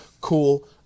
cool